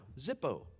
Zippo